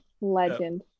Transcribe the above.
Legend